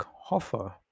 Hoffer